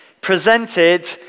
presented